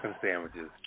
sandwiches